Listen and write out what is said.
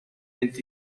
mynd